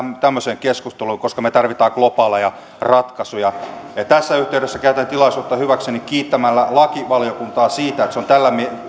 tämmöiseen keskusteluun koska me tarvitsemme globaaleja ratkaisuja tässä yhteydessä käytän tilaisuutta hyväkseni kiittääkseni lakivaliokuntaa siitä että se on tällä